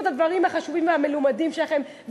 את הדברים החשובים והמלומדים שלכם,